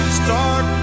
start